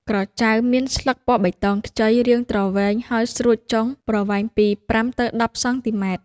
ក្រចៅ មានស្លឹកពណ៌បៃតងខ្ចី រាងទ្រវែង ហើយស្រួចចុង ប្រវែងពី ៥ ទៅ ១០ សងទីម៉ែត្រ។